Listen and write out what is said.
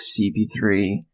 CP3